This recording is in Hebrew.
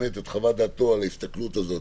מהי חוות דעתו על ההסתכלות הזאת.